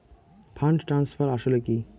Fund transfer আসলে কী?